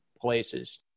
places